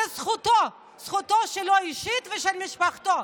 זו זכותו, זכותו שלו אישית, ושל משפחתו,